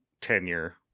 tenure